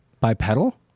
Bipedal